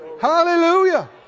Hallelujah